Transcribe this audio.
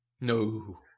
no